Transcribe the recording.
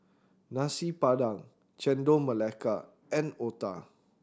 Nasi Padang Chendol Melaka and Otah